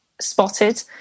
spotted